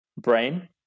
brain